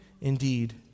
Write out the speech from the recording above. indeed